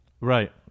Right